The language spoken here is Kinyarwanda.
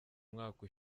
umwaka